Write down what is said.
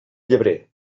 llebrer